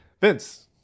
Vince